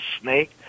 snake